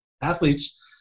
athletes